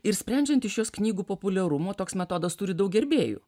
ir sprendžiant iš jos knygų populiarumo toks metodas turi daug gerbėjų